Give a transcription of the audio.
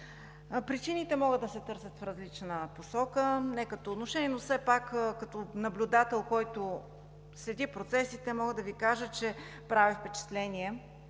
Причините могат да се търсят в различна посока. Не като отношение, но все пак като наблюдател, който следи процесите, мога да Ви кажа, че прави впечатление